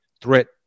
threat